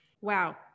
Wow